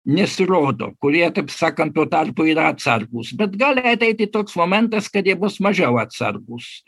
nesirodo kurie taip sakant tuo tarpu yra atsargūs bet gali ateiti toks momentas kad jie bus mažiau atsargūs